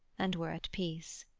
and were at peace.